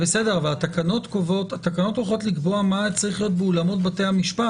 התקנות הולכות לקבוע מה צריך להיות באולמות בית המשפט.